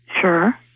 Sure